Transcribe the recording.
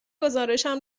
گزارشم